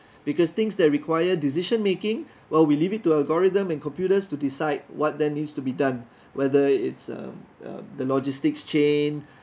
because things that require decision making while we leave it to algorithm and computers to decide what then needs to be done whether it's uh uh the logistics chain